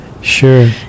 Sure